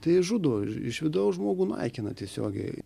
tai žudo iš vidaus žmogų naikina tiesiogiai